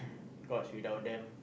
cause without them